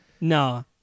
No